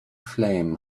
flame